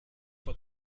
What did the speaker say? for